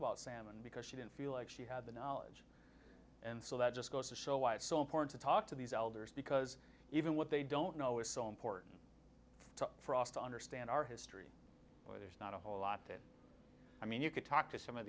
about salmon because she didn't feel like she had the knowledge and so that just goes to show why it's so important to talk to these elders because even what they don't know is so important to frost to understand our history there's not a whole lot that i mean you could talk to some of